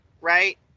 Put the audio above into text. right